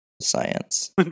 science